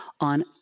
on